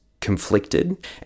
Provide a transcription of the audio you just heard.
conflicted